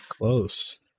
Close